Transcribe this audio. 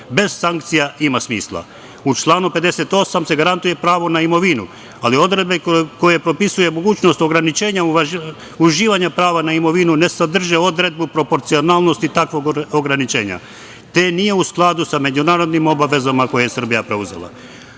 bez sankcija ima smisla.U članu 58. se garantuje pravo na imovinu, ali odredbe koje propisuju mogućnost ograničenja uživanja prava na imovinu ne sadrže odredbu proporcionalnosti takvog ograničenja, te nije u skladu sa međunarodnim obavezama koje je Srbija preuzela. Kod